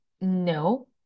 no